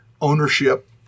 Ownership